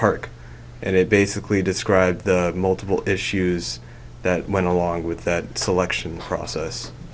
park and it basically described multiple issues that went along with that selection process